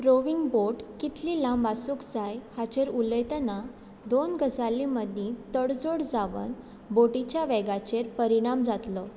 rowing boat कितली लांब आसूक जाय हाचेर उलयतना दोन गजाली मदीं तडजोड जावन बोटीच्या वेगाचेर परिणाम जातलो